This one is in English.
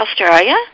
Australia